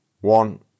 One